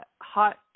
hot